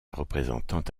représentante